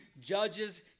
judges